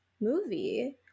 movie